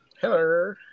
Hello